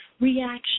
Reaction